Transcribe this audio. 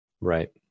right